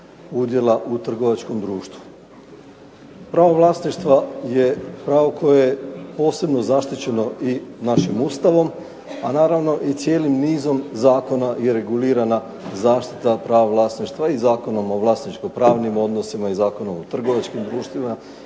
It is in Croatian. udjela u trgovačkom društvu. Pravo vlasništva je pravo koje je posebno zaštićeno i našim Ustavom, a naravno cijelim nizom zakona je regulirana zaštita prava vlasništva i Zakonom o vlasničko-pravnim odnosima i Zakonom o trgovačkim društvima